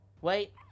wait